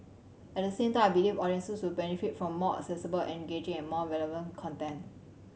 at the same time I believe audiences will benefit from more accessible engaging and more relevant content